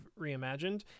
reimagined